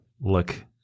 look